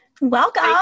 Welcome